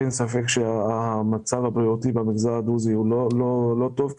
אין ספק שהמצב הבריאותי במגזר הדרוזי כרגע הוא לא טוב.